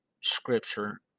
scripture